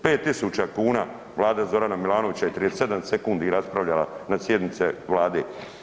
5.000 kuna vlada Zorana Milanovića je 32 sekundi raspravljala na sjednici Vlade.